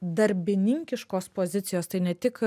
darbininkiškos pozicijos tai ne tik